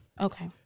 Okay